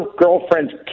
girlfriend's